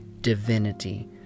divinity